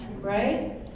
Right